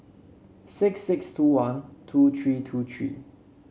six six two one two three two three